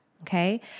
okay